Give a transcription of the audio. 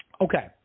Okay